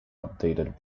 updated